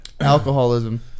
Alcoholism